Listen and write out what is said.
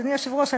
אדוני היושב-ראש,